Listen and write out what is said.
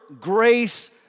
grace